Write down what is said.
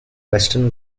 western